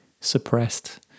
suppressed